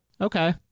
okay